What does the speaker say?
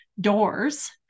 doors